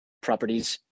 properties